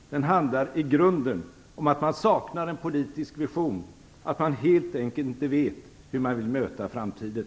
Den handlar i grunden om att man saknar en politisk vision, att man helt enkelt inte vet hur man vill möta framtiden.